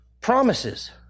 promises